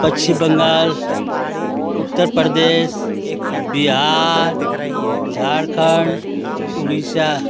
Paschim Bangal Uttar Pradesh Bihar Jharkhand Orissa